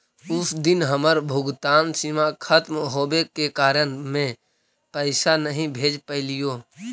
उस दिन हमर भुगतान सीमा खत्म होवे के कारण में पैसे नहीं भेज पैलीओ